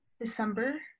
December